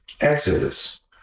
Exodus